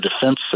defense